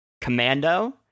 Commando